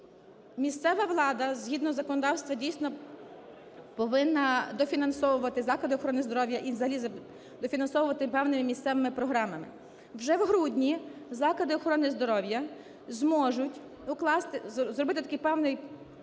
Місцева влада, згідно законодавства дійсно повинна дофінансовувати заклади охорони здоров'я і взагалі дофінансовувати певними місцевими програмами. Вже в грудні заклади охорони здоров'я зможуть укласти, зробити такий певний попередній